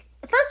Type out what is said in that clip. First